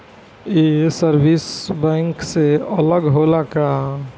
का ये service bank से अलग होला का?